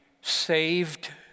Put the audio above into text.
saved